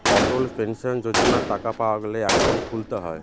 অটল pension যোজনার টাকা পাওয়া গেলে একাউন্ট খুলতে হয়